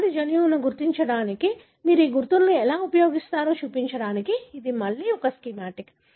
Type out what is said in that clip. వ్యాధి జన్యువును గుర్తించడానికి మీరు ఈ గుర్తులను ఎలా ఉపయోగిస్తారో చూపించడానికి ఇది మళ్లీ ఒక స్కీమాటిక్